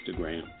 Instagram